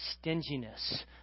stinginess